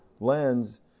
lens